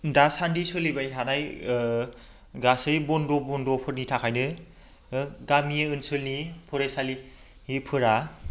दासान्दि सोलिबाय थानाय गासै बन्द' बन्द'फोरनि थाखायनो गामि ओनसोलनि फरायसालिफोरा